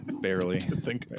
Barely